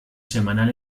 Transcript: semanal